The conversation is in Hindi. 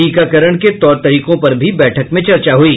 टीकाकरण के तौर तरीकों पर भी बैठक में चर्चा हुई